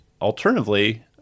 alternatively